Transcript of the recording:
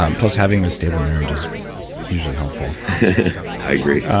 um plus having a stable marriage is usually helpful i agree